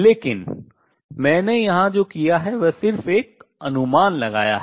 लेकिन मैंने यहां जो किया है वह सिर्फ एक अनुमान लगाया है